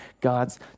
God's